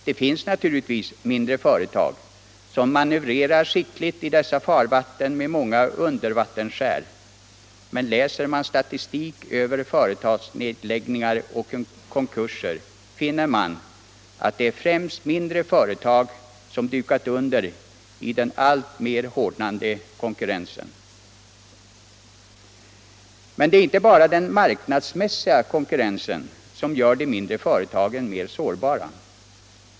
Det finns naturligtvis mindre företag som manövrerar skickligt i dessa farvatten med många undervattensskär, men läser man statistik över företagsnedläggningar och konkurser, finner man att det är främst mindre företag som dukat under i den alltmer hårdnande konkurrensen. Men inte bara den marknadsmässiga konkurrensen gör de mindre företagen mer sårbara.